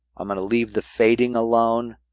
i'm going to leave the fading alone.